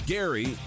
Gary